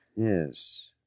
Yes